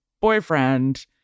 boyfriend